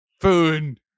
food